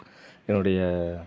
என்னுடைய